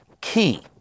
key